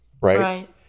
right